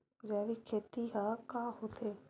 जैविक खेती ह का होथे?